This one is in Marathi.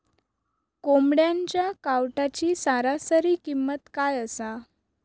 कोंबड्यांच्या कावटाची सरासरी किंमत काय असा?